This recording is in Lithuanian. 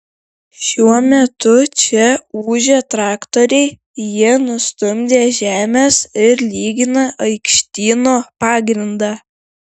šiuo metu čia ūžia traktoriai jie nustumdė žemes ir lygina aikštyno pagrindą